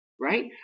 right